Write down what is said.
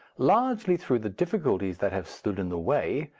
largely through the difficulties that have stood in the way,